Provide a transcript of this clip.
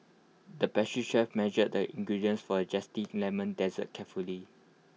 the pastry chef measured the ingredients for A Zesty Lemon Dessert carefully